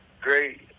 great